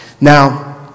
Now